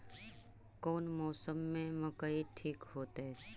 कौन मौसम में मकई ठिक होतइ?